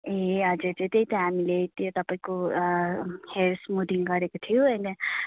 ए हजुर हजुर त्यही त हामीले त्यो तपाईँको हेयर स्मुदिङ गरेको थियो अनि